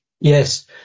yes